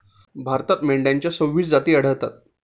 भारतात मेंढ्यांच्या सव्वीस जाती आढळतात